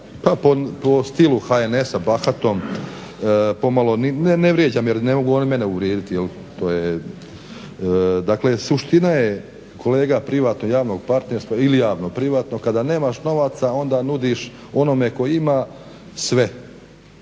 pa po stilu HNS-a, bahatom, pomalo, ne vrijeđam jer ne mogu oni mene uvrijediti, to je, dakle suština je kolega privatno-javnog partnerstva ili javno-privatno kada nemaš novaca onda nudiš onome ko ima sve